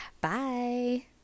Bye